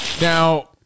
Now